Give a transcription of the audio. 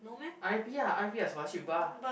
r_i_p ah r_i_p as scholarship people ah